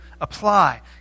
apply